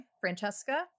Francesca